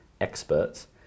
experts